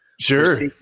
Sure